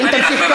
להפסיק.